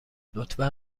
لطفا